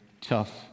tough